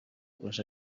les